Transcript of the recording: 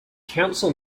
council